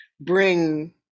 bring